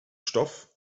stoff